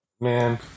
Man